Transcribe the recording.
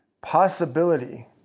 possibility